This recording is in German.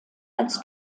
als